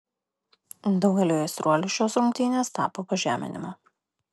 daugeliui aistruolių šios rungtynės tapo pažeminimu